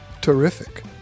terrific